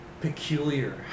peculiar